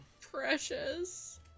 Precious